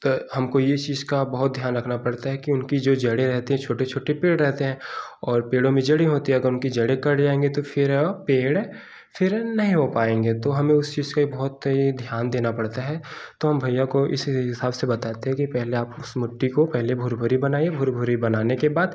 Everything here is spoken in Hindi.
हम को ये चीज़ का बहुत ध्यान रखना पड़ता है कि उनकी जो जड़ें रहती हैं छोटे छोटे पेड़ रहते हैं और पेड़ों में जड़ें होती हैं अगर उनकी जड़ें कट जाएंगी तो फिर पेड़ फिर नहीं हो पाएँगे तो हमें उस चीज़ से बहुत ध्यान देना पड़ता है तो हम भैया को इस हिसाब से बताते हैं कि पहले आप इस मिट्टी को पहले भुरभुरी बनाई भुरभुरी बनाने के बाद